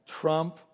Trump